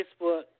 Facebook